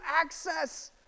access